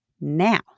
now